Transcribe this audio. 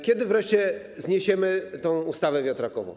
Kiedy wreszcie zniesiemy tę ustawę wiatrakową?